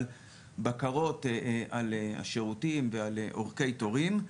אבל בקרות על השירותים ועל אורכי תורים.